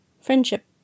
Friendship